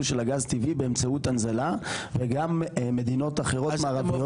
של הגז טבעי באמצעות הנזלה וגם מדינות אחרות מערביות.